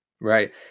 Right